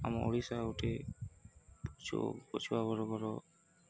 ଆମ ଓଡ଼ିଶା ଗୋଟେ ପଛୁଆ ବର୍ଗର